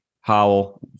Howell